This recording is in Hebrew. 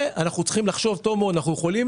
אנחנו צריכים לחשוב טוב מאוד אם אנחנו יכולים